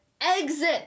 exit